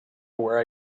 where